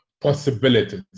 possibilities